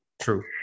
True